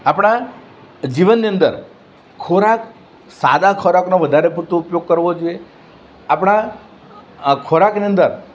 આપણા જીવનની અંદર ખોરાક સાદા ખોરાકનો વધારે પડતો ઉપયોગ કરવો જોઈએ આપણા ખોરાકની અંદર